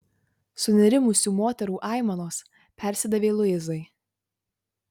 sunerimusių moterų aimanos persidavė luizai